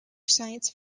science